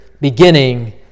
beginning